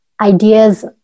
ideas